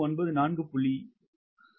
8 fps